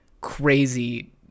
crazy